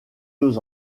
deux